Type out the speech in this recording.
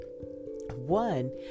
one